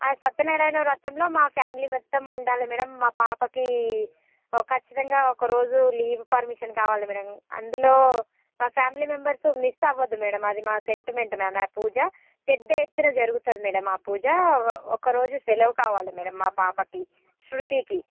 సత్యనారాయణ వ్రతంలో మా ఫ్యామిలీ మొత్తముండాలి మేడమ్ మా పాపకి ఖచ్చితంగా ఒకరోజు లీవ్ పర్మిషన్ కావాలి మేడమ్ అందులో మా ఫ్యామిలీ మెంబర్సు మిస్ అవ్వద్దు మేడమ్ అది మా సెంటిమెంట్ మ్యామ్ ఆ పూజ పెద్ద ఎత్తున జరుగుతుంది మేడమ్ ఆ పూజ ఒకరోజు సెలవు కావాలి మేడమ్ మా పాపకి శ్రుతీకి